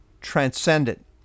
transcendent